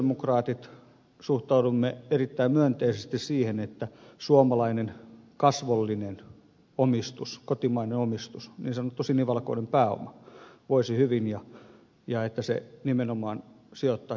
me sosialidemokraatit suhtaudumme erittäin myönteisesti siihen että suomalainen kasvollinen omistus kotimainen omistus niin sanottu sinivalkoinen pääoma voisi hyvin ja että se nimenomaan sijoittaisi suomeen